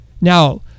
Now